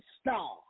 star